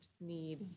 need